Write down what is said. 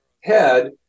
head